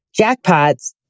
jackpots